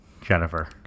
jennifer